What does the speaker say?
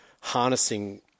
harnessing